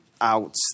out